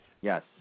Yes